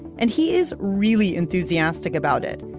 and he is really enthusiastic about it.